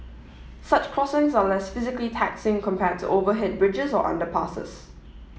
such crossings are less physically taxing compared to overhead bridges or underpasses